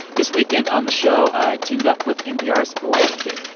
this weekend on the show, i teamed up with npr's life kit.